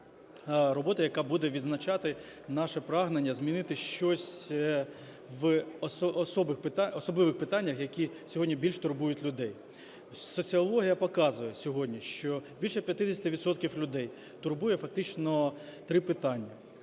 роботи, яка буде відзначати наше прагнення змінити щось в особливих питаннях, які сьогодні більш турбують людей. Соціологія показує сьогодні, що більше 50 відсотків людей турбує фактично три питання: